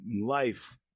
life